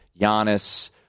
Giannis